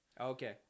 okay